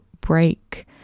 break